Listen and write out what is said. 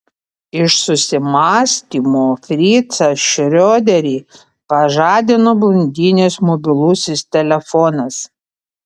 iš susimąstymo fricą šrioderį pažadino blondinės mobilusis telefonas